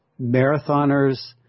marathoners